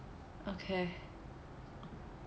okay